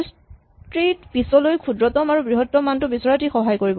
search tree ত পিছলৈ ক্ষুদ্ৰতম আৰু বৃহত্তম মানটো বিচৰাত ই সহায় কৰিব